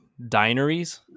Dineries